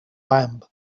lamb